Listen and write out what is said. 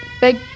big